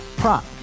prop